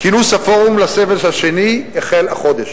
כינוס הפורום לסבב שני שחל החודש.